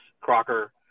Crocker